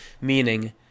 meaning